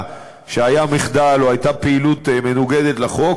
שהיה מחדל או הייתה פעילות מנוגדת לחוק,